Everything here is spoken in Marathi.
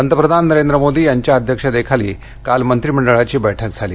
पंतप्रधान नरेंद्र मोदी यांच्या अध्यक्षतेखाली काल मंत्रीमंडळाची बैठक झाली